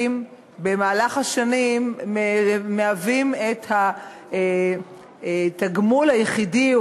במהלך השנים מהווים את התגמול היחידי,